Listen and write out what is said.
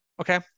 Okay